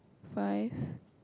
five